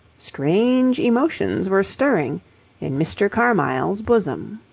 strange emotions were stirring in mr. carmyle's bosom.